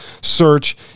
search